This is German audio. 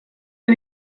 wir